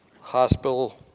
Hospital